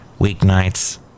weeknights